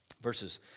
Verses